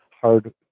hard